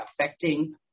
affecting